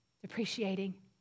depreciating